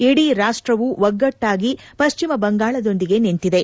ಇಡೀ ರಾಷ್ಟವು ಒಗ್ಗಟ್ವಾಗಿ ಪಶ್ಚಿಮ ಬಂಗಾಳದೊಂದಿಗೆ ನಿಂತಿದೆ